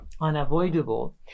unavoidable